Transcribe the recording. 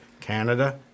Canada